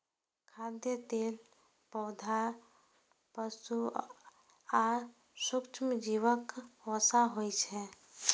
खाद्य तेल पौधा, पशु आ सूक्ष्मजीवक वसा होइ छै